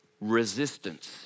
resistance